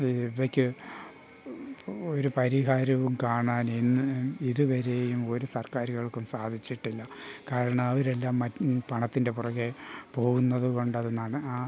ഇവയ്ക്ക് ഒരു പരിഹാരവും കാണാൻ ഇന്ന് ഇതുവരെയും ഒരു സർക്കാരുകൾക്കും സാധിച്ചിട്ടില്ല കാരണം അവരെല്ലാം പണത്തിൻ്റെ പുറകേ പോകുന്നത് കൊണ്ടെന്നാണ് ആ